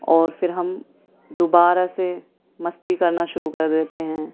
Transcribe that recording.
اور پھر ہم دوبارہ سے مستی کرنا شروع کر دیتے ہیں